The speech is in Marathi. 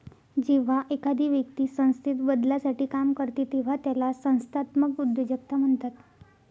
जेव्हा एखादी व्यक्ती संस्थेत बदलासाठी काम करते तेव्हा त्याला संस्थात्मक उद्योजकता म्हणतात